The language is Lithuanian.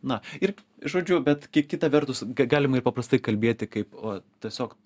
na ir žodžiu bet kai kita vertus ga galima ir paprastai kalbėti kaip vat tiesiog